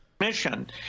Mission